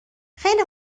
خیلی